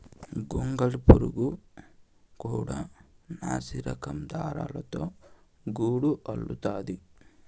గొంగళి పురుగు కూడా నాసిరకం దారాలతో గూడు అల్లుతాది